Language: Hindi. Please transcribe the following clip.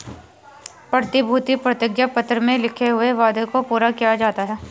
प्रतिभूति प्रतिज्ञा पत्र में लिखे हुए वादे को पूरा किया जाता है